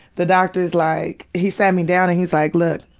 the doctor's like, he sat me down and he's like, look.